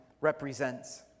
represents